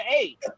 eight